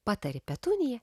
patarė petunija